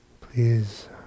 please